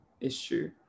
issue